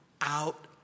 out